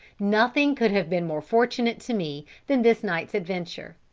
nothing could have been more fortunate to me than this night's adventure.